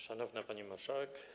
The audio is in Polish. Szanowna Pani Marszałek!